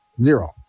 Zero